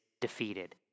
defeated